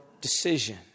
decision